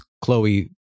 Chloe